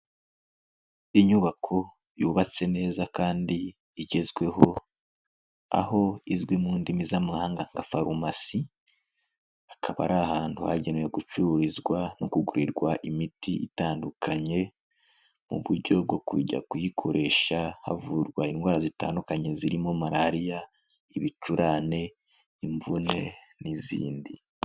Inyubako yubatse neza kandi igezweho, aho izwi mu ndimi z'amahanga nka farumasi, akaba ari ahantu hagenewe gucururizwa no kugurirwa imiti itandukanye mu buryo bwo kujya kuyikoresha havurwa indwara zitandukanye zirimo Malariya, ibicurane, imvune n'izindi.